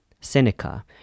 Seneca